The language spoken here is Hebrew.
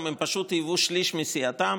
הם פשוט היוו שליש מסיעתם,